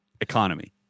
Economy